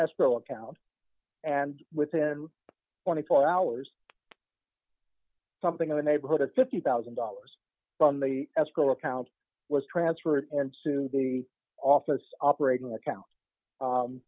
escrow account and within twenty four hours something in the neighborhood of fifty thousand dollars from the escrow account was transferred into the office operating account